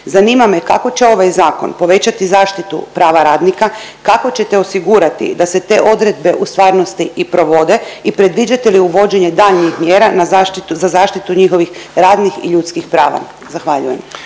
Zanima me kako će ovaj zakon povećati zaštitu prava radnika, kako ćete osigurati da se te odredbe u stvarnosti i provode i predviđate li uvođenje daljnjih mjera za zaštitu njihovih radnih i ljudskih prava? Zahvaljujem.